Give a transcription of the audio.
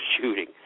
shooting